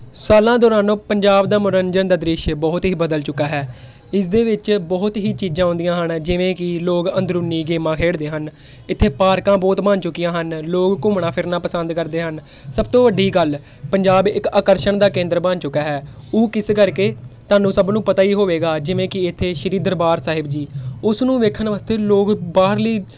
ਸਾਲਾਂ ਦੌਰਾਨ ਉਹ ਪੰਜਾਬ ਦਾ ਮਨੋਰੰਜਨ ਦਾ ਦ੍ਰਿਸ਼ ਬਹੁਤ ਹੀ ਬਦਲ ਚੁੱਕਾ ਹੈ ਇਸ ਦੇ ਵਿੱਚ ਬਹੁਤ ਹੀ ਚੀਜ਼ਾਂ ਆਉਂਦੀਆਂ ਹਨ ਜਿਵੇਂ ਕਿ ਲੋਕ ਅੰਦਰੂਨੀ ਗੇਮਾਂ ਖੇਡਦੇ ਹਨ ਇੱਥੇ ਪਾਰਕਾਂ ਬਹੁਤ ਬਨ ਚੁੱਕੀਆਂ ਹਨ ਲੋਕ ਘੁੰਮਣਾ ਫਿਰਨਾ ਪਸੰਦ ਕਰਦੇ ਹਨ ਸਭ ਤੋਂ ਵੱਡੀ ਗੱਲ ਪੰਜਾਬ ਇੱਕ ਆਕਰਸ਼ਣ ਦਾ ਕੇਂਦਰ ਬਣ ਚੁੱਕਾ ਹੈ ਉਹ ਕਿਸ ਕਰਕੇ ਤੁਹਾਨੂੰ ਸਭ ਨੂੰ ਪਤਾ ਹੀ ਹੋਵੇਗਾ ਜਿਵੇਂ ਕਿ ਇੱਥੇ ਸ਼੍ਰੀ ਦਰਬਾਰ ਸਾਹਿਬ ਜੀ ਉਸ ਨੂੰ ਵੇਖਣ ਵਾਸਤੇ ਲੋਕ ਬਾਹਰਲੀ